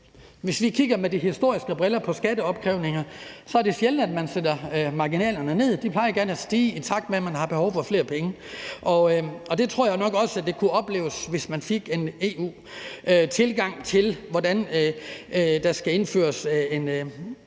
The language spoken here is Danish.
hvis vi kigger med de historiske briller på skatteopkrævninger, er det sjældent, at man har sæt marginalerne ned. De plejer gerne at stige, i takt med at man har behov for flere penge, og jeg tror nok også, det kunne opleves sådan, hvis man fik en EU-tilgang til, hvordan der skal indføres en fælles